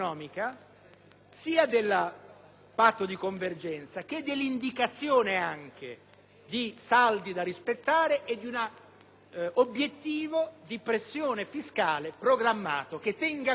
del patto di convergenza, dell'indicazione dei saldi da rispettare, nonché di un obiettivo di pressione fiscale programmato che tenga conto